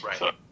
Right